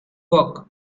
work